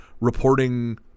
reporting